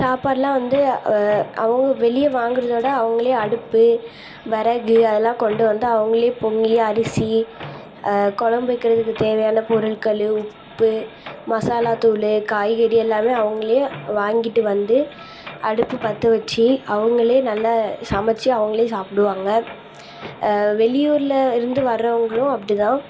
சாப்பாடெல்லாம் வந்து அவங்க வெளியே வாங்கிறதோட அவங்களே அடுப்பு விறகு அதெல்லாம் கொண்டுவந்து அவங்களே பொங்கி அரிசி கொழம்பு வைக்கிறதுக்கு தேவையான பொருட்கள் உப்பு மசாலா தூள் காய்கறி எல்லாமே அவங்களே வாங்கிகிட்டு வந்து அடுப்பு பற்ற வச்சு அவங்களே நல்லா சமைச்சி அவங்களே சாப்பிடுவாங்க வெளியூரில் இருந்து வரவர்களும் அப்படித்தான்